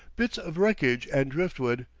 bits of wreckage and driftwood,